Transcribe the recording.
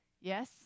Yes